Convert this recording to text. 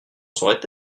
saurait